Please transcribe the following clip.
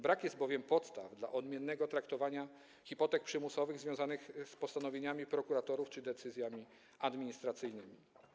Brak jest bowiem podstaw do odmiennego traktowania hipotek przymusowych związanych z postanowieniami prokuratorów czy decyzjami administracyjnymi.